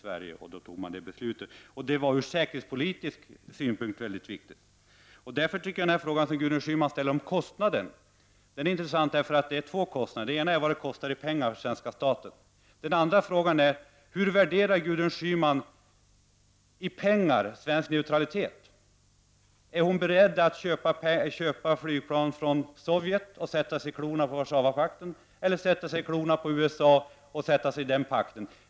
Därför fattades detta beslut. Detta var från säkerhetspolitisk utgångspunkt mycket viktigt. Den fråga som Gudrun Schyman ställer om kostnaderna är intressant. Det rör sig nämligen om två olika kostnader. Den ena är kostnaden för svenska staten räknat i pengar. Den andra frågan är: Hur värderar Gudrun Schyman i pengar svensk neutralitet? Är hon beredd att köpa flygplan i Sovjet och sätta sig i klorna på Warszawapakten eller att sätta sig i klorna på USA och NATO?